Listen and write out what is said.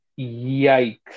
Yikes